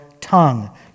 tongue